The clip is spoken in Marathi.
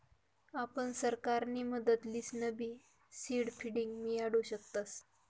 आपण सरकारनी मदत लिसनबी सीड फंडींग मियाडू शकतस